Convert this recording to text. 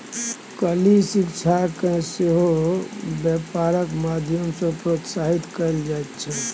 स्कूली शिक्षाकेँ सेहो बेपारक माध्यम सँ प्रोत्साहित कएल जाइत छै